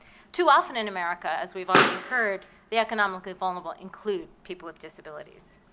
too often in america, as we've already heard, the economically vulnerable include people with disabilities.